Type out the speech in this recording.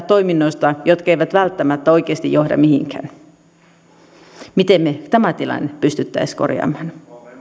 toiminnoista rikostutkintapyyntöjä jotka eivät välttämättä oikeasti johda mihinkään miten me tämän tilanteen pystyisimme korjaamaan